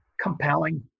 compelling